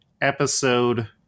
episode